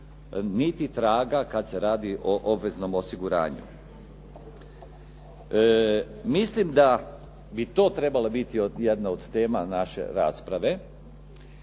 niti traga kad se radi o obveznom osiguranju. Mislim da bi to trebala biti jedna od tema naše rasprave